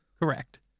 Correct